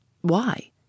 Why